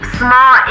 small